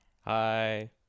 hi